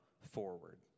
forward